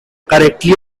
correctly